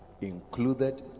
included